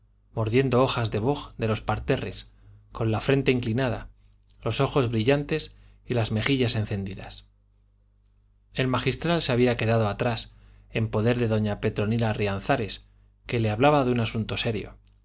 mordiendo hojas del boj de los parterres con la frente inclinada los ojos brillantes y las mejillas encendidas el magistral se había quedado atrás en poder de doña petronila rianzares que le hablaba de un asunto serio